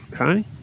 Okay